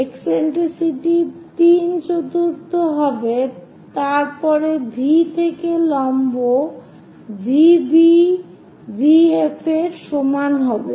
সুতরাং একসেন্ট্রিসিটি তিন চতুর্থ হবে তার পরে V থেকে লম্ব VB VF এর সমান হবে